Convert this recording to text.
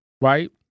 Right